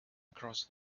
across